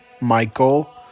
Michael